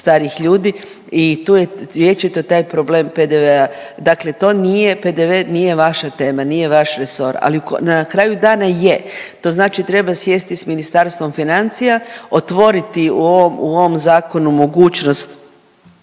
starijih ljudi i tu je vječito taj problem PDV-a, dakle to nije, PDV nije vaša tema, nije vaš resor, ali na kraju dana je, to znači treba sjesti s Ministarstvom financija, otvoriti u ovom, u ovom zakonu mogućnost